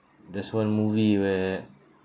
there's one movie where